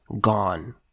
gone